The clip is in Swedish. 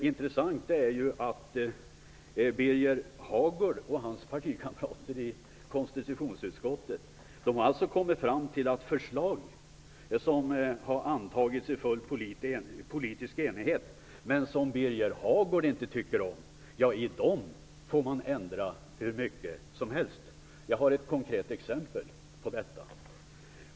Det Birger Hagård och hans partikamrater i konstitutionsutskottet har kommit fram till är att förslag som har antagits i full politisk enighet, men som Birger Hagård inte tycker om, de får man ändra hur mycket som helst! Jag har ett konkret exempel på detta.